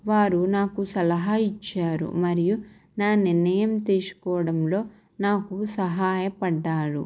వారు నాకు సలహా ఇచ్చారు మరియు నా నిర్ణయం తీసుకోవడంలో నాకు సహాయపడ్డారు